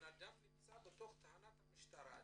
הבנאדם נמצא בתוך תחנת המשטרה,